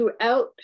throughout